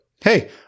Hey